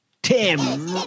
Tim